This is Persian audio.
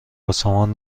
آسمان